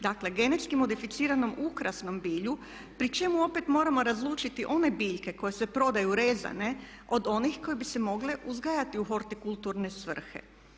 Dakle, genetski modificiranom ukrasnom bilju pri čemu opet moramo razlučiti one biljke koje se prodaju rezane od onih koje bi se mogle uzgajati u hortikulturne svrhe.